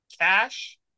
cash